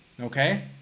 okay